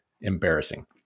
embarrassing